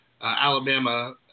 Alabama